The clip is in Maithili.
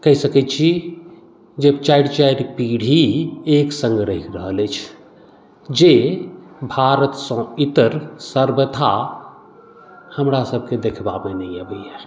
कहि सकैत छी जे चारि चारि पीढ़ी एक सङ्ग रहि रहल अछि जे भारतसँ इतर सर्वथा हमरा सबकेँ देखबामे नहि अबैया